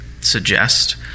suggest